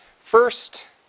First